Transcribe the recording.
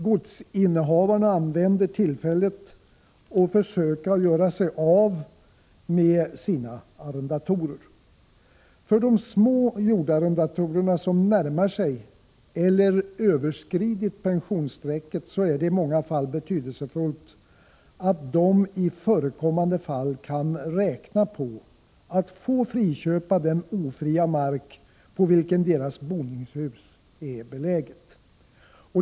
Godsinnehavarna använder tillfället till att söka göra sig av med sina arrendatorer. För de små jordarrendatorer som närmar sig eller överskridit pensionsstrecket är det i många fall betydelsefullt att de i förekommande fall kan räkna på att få friköpa den ofria mark på vilken deras boningshus är beläget.